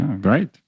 great